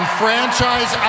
franchise